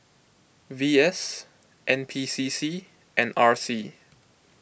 V S N P C C and R C